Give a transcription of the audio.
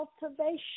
cultivation